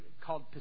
called